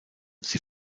sie